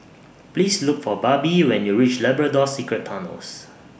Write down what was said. Please Look For Barbie when YOU REACH Labrador Secret Tunnels